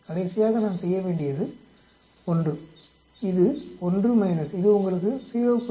கடைசியாக நாம் செய்ய வேண்டியது 1 இது 1 இது உங்களுக்கு 0